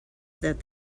that